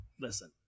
listen